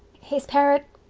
his parrot.